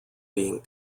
being